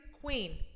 Queen